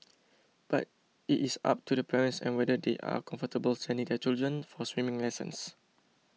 but it is up to the parents and whether they are comfortable sending their children for swimming lessons